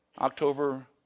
October